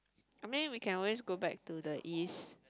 I mean we can always go back to the east